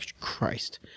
Christ